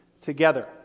together